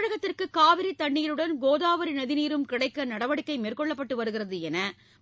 தமிழகத்திற்கு காவிரி தண்ணீருடன் கோதாவரி நதிநீரும் கிடைக்க நடவடிக்கை மேற்கொள்ளப்பட்டு வருகிறது என